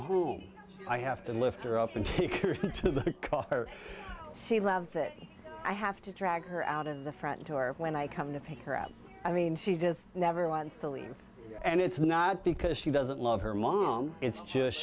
home i have to lift her up and take her seat love that i have to drag her out of the front door when i come to pick her up i mean she just never wants to leave and it's not because she doesn't love her mom it's just